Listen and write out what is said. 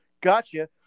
Gotcha